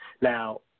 Now